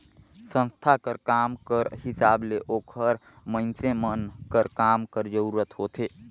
संस्था कर काम कर हिसाब ले ओकर मइनसे मन कर काम कर जरूरत होथे